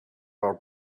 our